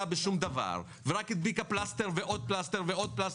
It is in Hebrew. בשום דבר ורק הדביקה עוד ועוד פלסטרים.